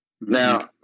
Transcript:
Now